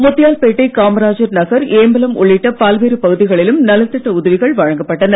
முத்தியால்பேட்டை காமராஜர் நகர் ஏம்பலம் உள்ளிட்ட பல்வேறு பகுதிகளிலும் நலத்திட்ட உதவிகள் வழங்கப்பட்டன